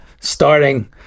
starting